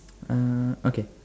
uh okay